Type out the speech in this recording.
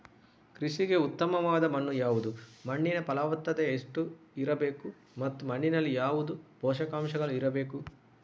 ಕೃಷಿಗೆ ಉತ್ತಮವಾದ ಮಣ್ಣು ಯಾವುದು, ಮಣ್ಣಿನ ಫಲವತ್ತತೆ ಎಷ್ಟು ಇರಬೇಕು ಮತ್ತು ಮಣ್ಣಿನಲ್ಲಿ ಯಾವುದು ಪೋಷಕಾಂಶಗಳು ಇರಬೇಕು?